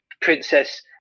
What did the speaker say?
princess